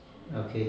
okay